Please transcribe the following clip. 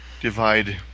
divide